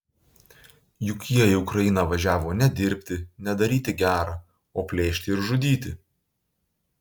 juk jie į ukrainą važiavo ne dirbti ne daryti gera o plėšti ir žudyti